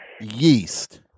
Yeast